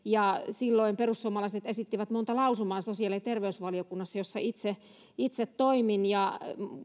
silloin perussuomalaiset esittivät monta lausumaa sosiaali ja terveysvaliokunnassa jossa itse itse toimin ja